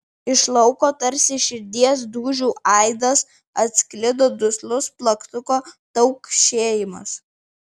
iš lauko tarsi širdies dūžių aidas atsklido duslus plaktuko taukšėjimas